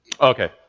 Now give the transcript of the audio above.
Okay